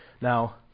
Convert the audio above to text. Now